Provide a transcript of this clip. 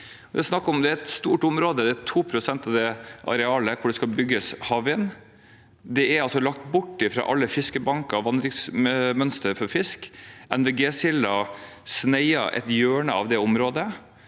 Det er et stort område. Det er 2 pst. av det arealet hvor det skal bygges havvind. Det er lagt bort fra alle fiskebanker og vandringsmønster for fisk. NVG-silden sneier et hjørne av det området.